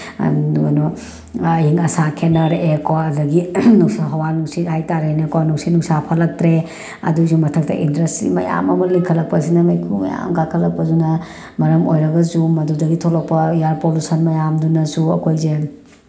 ꯑꯗꯨ ꯀꯩꯅꯣ ꯑꯌꯤꯡ ꯑꯁꯥ ꯍꯦꯠꯅꯔꯛꯑꯦꯀꯣ ꯑꯗꯒꯤ ꯍꯋꯥ ꯅꯨꯡꯁꯤꯠ ꯍꯥꯏ ꯇꯥꯔꯦꯅꯦꯀꯣ ꯅꯨꯡꯁꯤꯠ ꯅꯨꯡꯁꯥ ꯐꯠꯂꯛꯇ꯭ꯔꯦ ꯑꯗꯨꯏꯁꯨ ꯃꯊꯛꯇ ꯏꯟꯗꯁꯇ꯭ꯔꯤ ꯃꯌꯥꯝ ꯑꯃ ꯂꯤꯡꯈꯠꯂꯛꯄꯁꯤꯅ ꯃꯩꯈꯨ ꯃꯌꯥꯝ ꯀꯥꯈꯠꯂꯛꯄꯗꯨꯅ ꯃꯔꯝ ꯑꯣꯏꯔꯒꯁꯨ ꯃꯗꯨꯗꯒꯤ ꯊꯣꯛꯂꯛꯄ ꯏꯌꯔ ꯄꯣꯂꯨꯁꯟ ꯃꯌꯥꯝꯗꯨꯅꯁꯨ ꯑꯩꯈꯣꯏꯁꯦ